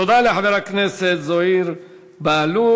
תודה לחבר הכנסת זוהיר בהלול.